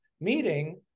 meeting